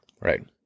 Right